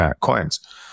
coins